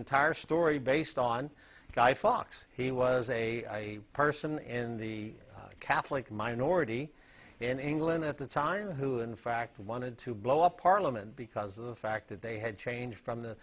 entire story based on a guy fox he was a person in the catholic minority in england at the time who in fact wanted to blow up parliament because of the fact that they had changed from the